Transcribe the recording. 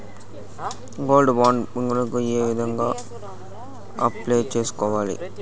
Gold bond కొరకు నేను ఏ విధంగా అప్లై సేసుకోవాలి?